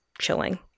chilling